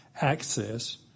access